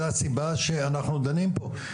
זו הסיבה שאנחנו דנים פה,